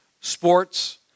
sports